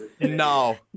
No